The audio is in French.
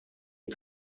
est